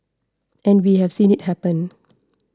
and we have seen it happen